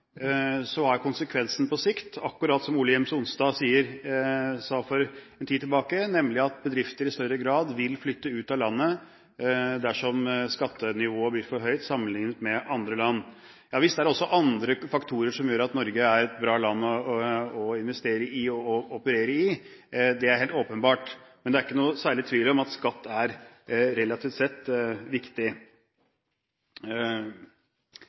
er konsekvensen på sikt akkurat som Ole Gjems-Onstad sa for en tid tilbake, nemlig at bedrifter i større grad vil flytte ut av landet dersom skattenivået blir for høyt sammenlignet med andre land. Javisst er det også andre faktorer som gjør at Norge er et bra land å investere og operere i, det er helt åpenbart. Men det er ikke noen særlig tvil om at skatt relativt sett er viktig.